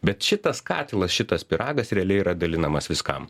bet šitas katilas šitas pyragas realiai yra dalinamas viskam